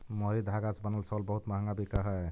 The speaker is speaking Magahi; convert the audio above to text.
मोहरी धागा से बनल शॉल बहुत मँहगा बिकऽ हई